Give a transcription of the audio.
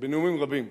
בנאומים רבים.